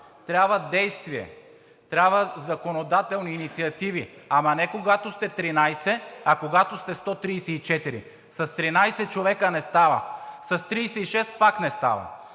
Трябва действие, трябват законодателни инициативи, ама не когато сте 13, а когато сте 134. С 13 човека не става. С 36 пак не става.